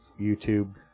YouTube